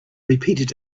repeated